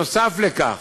נוסף על כך,